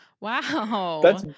Wow